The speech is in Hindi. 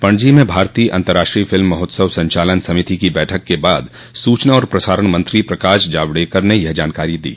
पणजी में भारतीय अंतर्राष्ट्रीय फिल्म महोत्सव संचालन समिति की बैठक के बाद सूचना और प्रसारण मंत्री प्रकाश जावड़ेकर ने यह जानकारी दी